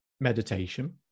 meditation